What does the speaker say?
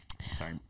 Sorry